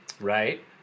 Right